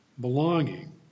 belonging